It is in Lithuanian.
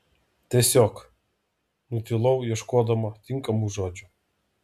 tiesiog nutilau ieškodama tinkamų žodžių